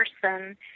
person